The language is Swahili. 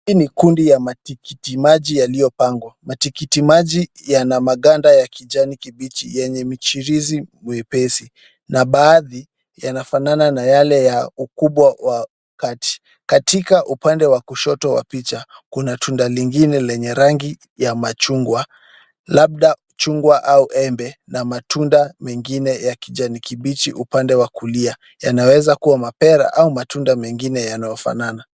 Hii ni kundi ya matikiti maji yaliopangwa. Matikiti yanamakanda ya kijani kibichi enye mijirizi wepesi na baadhi yanafanana na yale ya ukubwa wa kati. Katika wa upande wa kushoto wa picha kuna tunda lingine lenye rangi ya machungwa labda chungwa au embe na matunda mengine ya kijani kibichi upande wa kulia wanaweza kuwa mapera au matunda mengine yanayofanana.